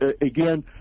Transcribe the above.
again